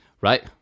Right